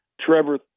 Trevor